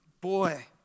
Boy